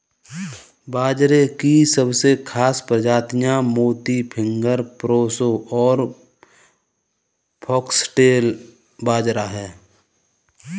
बाजरे की सबसे खास प्रजातियाँ मोती, फिंगर, प्रोसो और फोक्सटेल बाजरा है